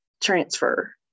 transfer